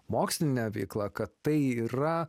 moksline veikla kad tai yra